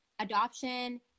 adoption